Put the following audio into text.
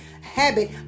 habit